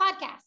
podcast